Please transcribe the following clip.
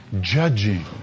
judging